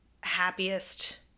happiest